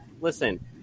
Listen